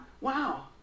wow